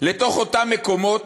לאותם מקומות